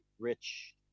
rich